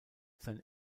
sein